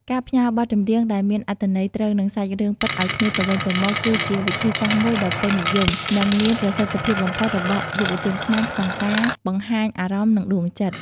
ការផ្ញើបទចម្រៀងដែលមានអត្ថន័យត្រូវនឹងសាច់រឿងពិតឱ្យគ្នាទៅវិញទៅមក គឺជាវិធីសាស្ត្រមួយដ៏ពេញនិយម និងមានប្រសិទ្ធភាពបំផុតរបស់យុវជនខ្មែរក្នុងការបង្ហាញអារម្មណ៍ និងដួងចិត្ត។